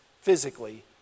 physically